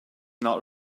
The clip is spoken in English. not